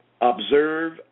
Observe